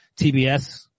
TBS